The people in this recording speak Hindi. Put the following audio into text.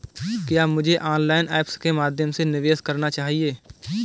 क्या मुझे ऑनलाइन ऐप्स के माध्यम से निवेश करना चाहिए?